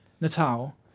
Natal